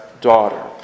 daughter